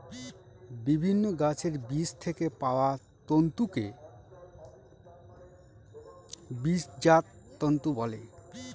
বিভিন্ন গাছের বীজ থেকে পাওয়া তন্তুকে বীজজাত তন্তু বলে